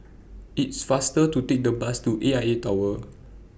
IT IS faster to Take The Bus to A I A Tower